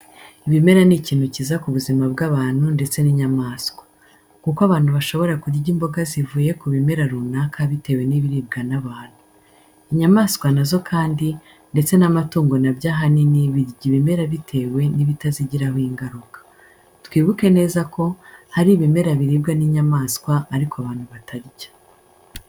Ibimera ni ikintu cyiza mu buzima bw'abantu ndetse n'inyamaswa. Kuko abantu bashobora kurya imboga zivuye ku bimera runaka bitewe n'ibiribwa n'abantu. Inyamaswa na zo kandi ndetse n'amatungo na byo ahanini birya ibimera bitewe n'ibitazigiraho ingaruka. Twibuke neza ko hari ibimera biribwa n'inyamaswa ariko abantu batarya.